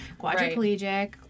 quadriplegic